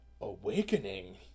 awakening